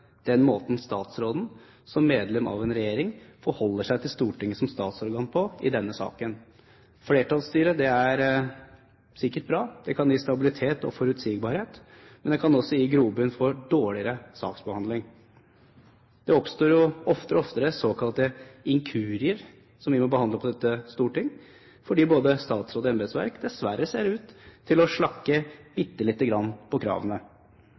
den måten statsråden som medlem av en regjering forholder seg til Stortinget som statsorgan på i denne saken. Flertallsstyre er sikkert bra, det kan gi stabilitet og forutsigbarhet, men det kan også gi grobunn for dårligere saksbehandling. Det oppstår jo oftere og oftere såkalte inkurier, som vi må behandle i dette storting, fordi både statsråd og embetsverk dessverre ser ut til å slakke bitte lite grann på kravene.